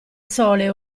sole